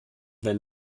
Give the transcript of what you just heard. wenn